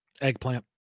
Eggplant